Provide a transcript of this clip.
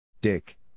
Dick